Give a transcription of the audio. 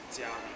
jiang